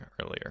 earlier